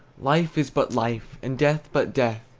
life is but life, and death but death!